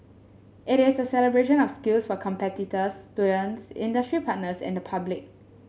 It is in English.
it is a celebration of skills for competitors students industry partners and the public